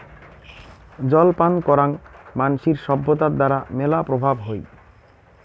জল পান করাং মানসির সভ্যতার দ্বারা মেলা প্রভাব হই